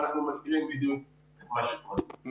תודה.